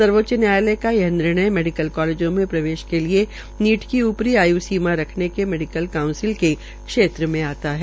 सर्वोच्च नयायालय का यह निर्णय मेडिकल कालेजों में प्रवेश के लिए नीट की ऊपरी आयु सीमा रखने के मेडिकल कांउसिंल के क्षेत्र में आता है